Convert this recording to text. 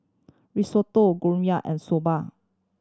Risotto Gyudon and Soba